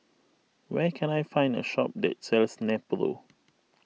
where can I find a shop that sells Nepro